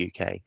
UK